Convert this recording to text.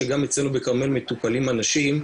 גם אצלנו בכרמל מטופלים אנשים,